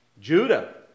Judah